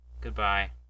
Goodbye